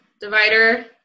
divider